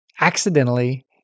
accidentally